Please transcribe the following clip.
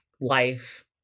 life